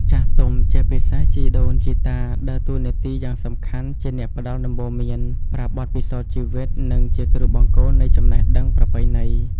ចាស់ទុំ ជាពិសេសជីដូនជីតា ដើរតួនាទីយ៉ាងសំខាន់ជាអ្នកផ្ដល់ដំបូន្មាន ប្រាប់បទពិសោធន៍ជីវិត និងជាគ្រូបង្គោលនៃចំណេះដឹងប្រពៃណី។